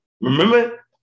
Remember